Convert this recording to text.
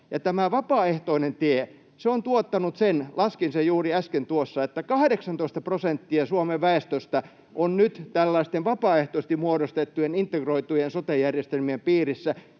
Tämä vapaaehtoinen tie on tuottanut sen — laskin sen juuri äsken — että 18 prosenttia Suomen väestöstä on nyt tällaisten vapaaehtoisesti muodostettujen integroitujen sote-järjestelmien piirissä.